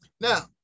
Now